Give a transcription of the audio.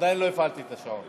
עדיין לא הפעלתי את השעון.